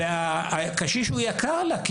והקשיש הוא יקר לה.